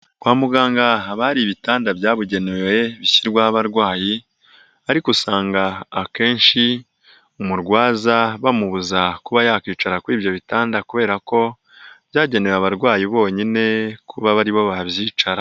Kwa muganga bari ibitanda byabugenewe bishyirwaho abarwayi ariko usanga akenshi umurwaza bamubuza kuba yakwicara kuri ibyo bitanda kubera ko byagenewe abarwayi bonyine kuba ari bo babyicaraho.